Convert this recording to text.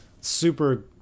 super